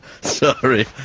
Sorry